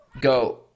go